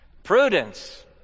Prudence